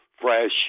fresh